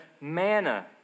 manna